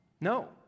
No